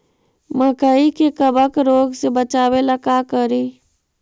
मकई के कबक रोग से बचाबे ला का करि?